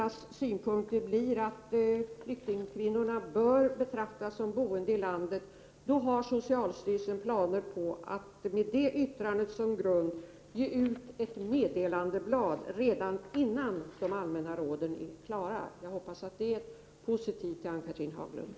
Om synpunkterna blir sådana att flyktingkvinnorna bör betraktas såsom boende i landet har socialstyrelsen planer på att med det yttrandet som grund ge ut ett meddelandeblad redan innan de allmänna råden är klara. Jag hoppas att det är ett positivt besked för Ann-Cathrine Haglund.